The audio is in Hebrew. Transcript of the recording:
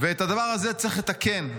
ואת הדבר הזה צריך לתקן.